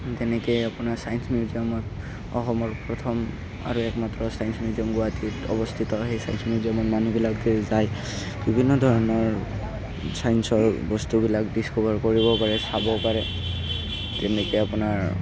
তেনেকৈ আপোনাৰ চাইঞ্চ মিউজিয়ামত অসমৰ প্ৰথম আৰু একমাত্ৰ চাইঞ্চ মিউজিয়াম গুৱাহাটীত অৱস্থিত সেই চাইঞ্চ মিউজিয়ামত মানুহবিলাক যায় বিভিন্ন ধৰণৰ চাইঞ্চৰ বস্তুবিলাক ডিছক'ভাৰ কৰিব পাৰে চাব পাৰে তেনেকৈ আপোনাৰ